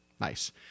nice